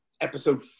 Episode